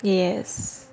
yes